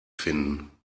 finden